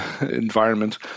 environment